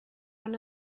one